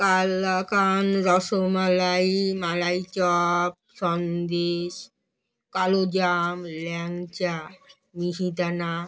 kalakand rasmalai malai chop sandesh kalojam langcha মিহিদানা